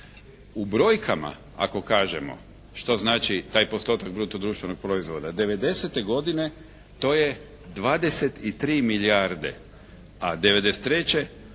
U brojkama ako kažemo što znači taj postotak bruto društvenog proizvoda. 90-te godine to je 23 milijarde, a 93. 15